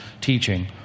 teaching